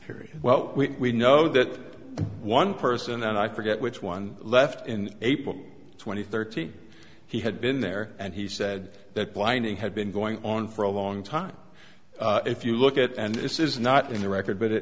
period well we know that one person and i forget which one left in april twenty thirty he had been there and he said that blinding had been going on for a long time if you look at and this is not in the record but it